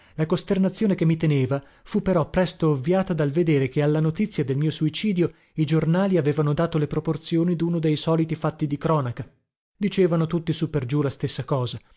la costernazione che mi teneva fu però presto ovviata dal vedere che alla notizia del mio suicidio i giornali avevano dato le proporzioni duno dei soliti fatti di cronaca dicevano tutti sù per giù la stessa cosa